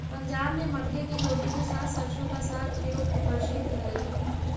पंजाब में मक्के की रोटी के साथ सरसों का साग का प्रयोग प्रसिद्ध हई